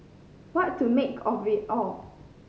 what to make of it all